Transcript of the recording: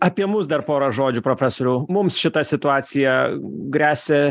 apie mus dar porą žodžių profesoriau mums šita situacija gresia